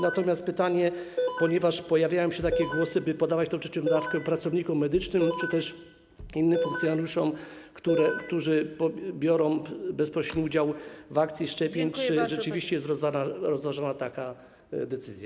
Natomiast mam pytanie - ponieważ pojawiają się głosy, by podawać tę trzecią dawkę pracownikom medycznym czy też innym funkcjonariuszom, którzy biorą bezpośredni udział w akcji szczepień - czy rzeczywiście jest rozważana taka decyzja.